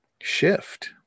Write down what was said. shift